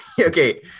Okay